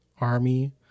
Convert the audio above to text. army